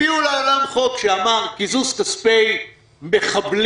הביאו לעולם חוק שאמר "קיזוז כספי מחבלים",